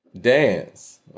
Dance